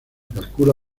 calcula